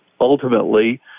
ultimately